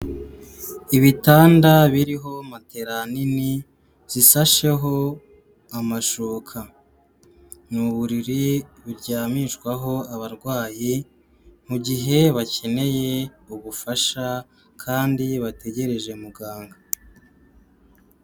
Ibitanda biriho matera nini zisasheho amashuka, ni uburiri buryamishwaho abarwayi mu gihe bakeneye ubufasha kandi bategereje muganga.